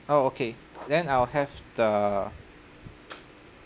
oh okay then I'll have the